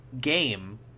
game